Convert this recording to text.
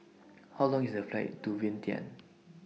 How Long IS The Flight to Vientiane